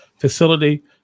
facility